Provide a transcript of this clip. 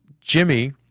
Jimmy